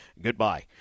Goodbye